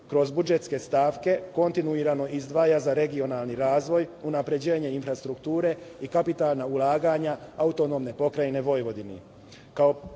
kroz budžetske stavke kontinuirano izdvaja za regionalni razvoj, unapređenje infrastrukture i kapitalna ulaganja AP Vojvodine.